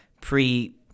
pre-